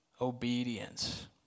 obedience